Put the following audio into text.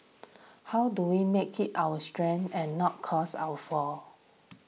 how do we make it our strength and not cause our fall